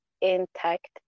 intact